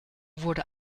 wurde